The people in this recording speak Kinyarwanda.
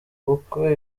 ubukwe